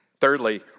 Thirdly